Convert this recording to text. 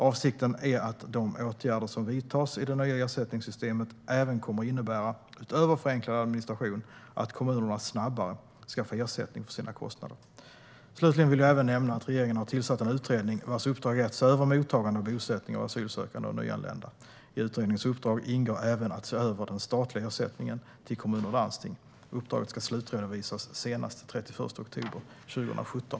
Avsikten är att de åtgärder som vidtas i det nya ersättningssystemet utöver förenklad administration även kommer att innebära att kommunerna snabbare ska få ersättning för sina kostnader. Slutligen vill jag även nämna att regeringen har tillsatt en utredning vars uppdrag är att se över mottagande och bosättning av asylsökande och nyanlända. I utredningens uppdrag ingår även att se över den statliga ersättningen till kommuner och landsting. Uppdraget ska slutredovisas senast den 31 oktober 2017.